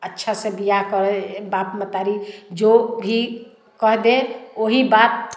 अच्छा से ब्याह करे बाप मतारी जो भी कह दें ओही बात